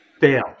Fail